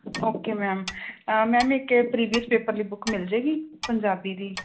okay ma'am ma'am ਇੱਕ ਇਹ previous paper ਦੀ ਬੁੱਕ ਮਿਲ ਜਾਵੇਗੀ ਪੰਜਾਬੀ ਦੀ